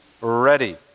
ready